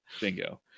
Bingo